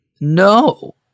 no